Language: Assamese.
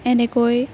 এনেকৈ